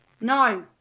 no